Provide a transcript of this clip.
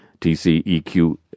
TCEQ